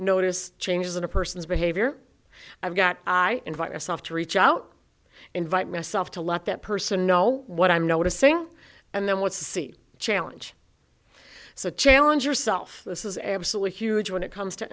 notice changes in a person's behavior i've got i invite myself to reach out invite myself to let that person know what i'm noticing and then what seat challenge so challenge yourself this is absolutely huge when it comes to